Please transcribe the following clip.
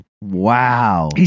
wow